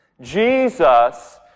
Jesus